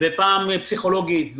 פעם פסיכולוגית,